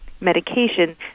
medication